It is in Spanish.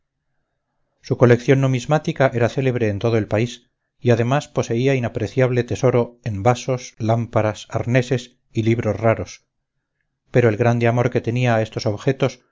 su colección numismática era célebre en todo el país y además poseía inapreciable tesoro en vasos lámparas arneses y libros raros pero el grande amor que tenía a estos objetos